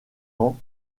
ans